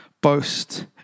boast